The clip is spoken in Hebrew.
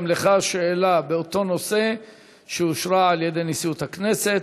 גם לך שאלה באותו נושא שאושרה על-ידי נשיאות הכנסת.